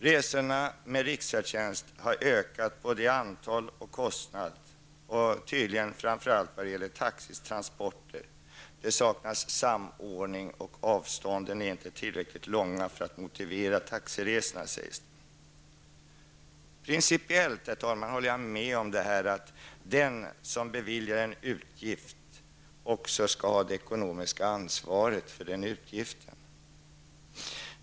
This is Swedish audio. Resorna med riksfärdtjänst har ökat både när det gäller antal och kostnader och tydligen framför allt när det gäller taxis transporter. Det saknas samordning, och avstånden är inte tillräckligt långa för att motivera taxiresorna, sägs det. Herr talman! Principiellt håller jag med om att den som beviljar en utgift också skall ha det ekonomiska ansvaret för den utgiften.